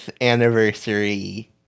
anniversary